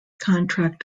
contract